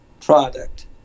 product